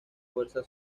fuerza